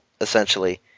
essentially